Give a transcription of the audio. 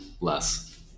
less